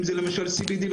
אם זה למשל CBD,